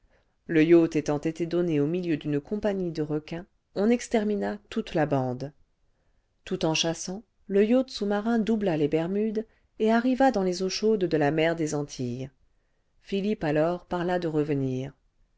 le yacht ayant été donner au milieu d'une compagnie de requins on extermina toute la bande tout en chassant le yacht sous-marin doubla les bermudes et arriva clans les eaux chaudes de la mer des antilles philippe alors parla de revenir